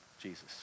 Jesus